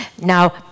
Now